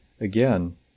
Again